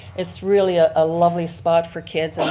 it's really ah a lovely spot for kids.